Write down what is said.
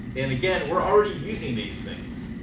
and again we're already using these things,